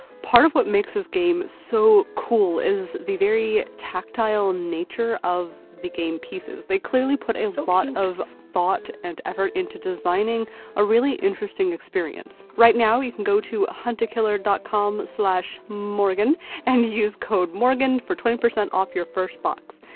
part of what makes this game so cool is the very tactile nature of the game pieces. they clearly put a lot of thought and effort into designing a really interesting experience. right now you can go to a huntakiller dot com slash morgan and use code morgan for twenty percent off your first box.